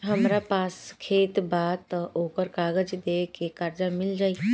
हमरा पास खेत बा त ओकर कागज दे के कर्जा मिल जाई?